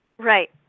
Right